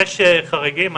יש חריגים.